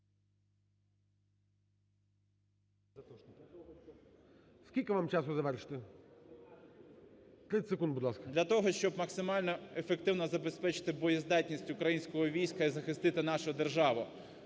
Для того, щоб максимально ефективно забезпечити боєздатність українського війська і захистити нашу державу,